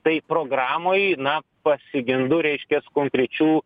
tai programoj na pasigendu reiškias konkrečių